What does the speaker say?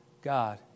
God